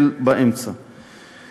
שנופל באמצע.